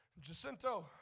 Jacinto